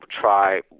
try